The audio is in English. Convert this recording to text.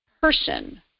person